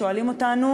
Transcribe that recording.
שואלים אותנו: